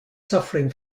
suffering